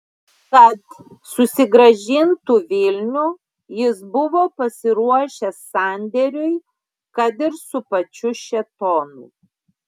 kad susigrąžintų vilnių jis buvo pasiruošęs sandėriui kad ir su pačiu šėtonu